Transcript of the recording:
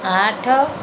ଆଠ